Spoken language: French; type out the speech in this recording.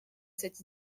cette